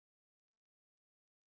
and one is a